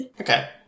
Okay